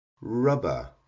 rubber